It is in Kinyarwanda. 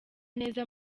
neza